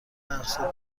اقساط